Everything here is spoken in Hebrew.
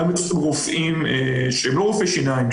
גם אצל רופאים שהם לא רופאי שיניים,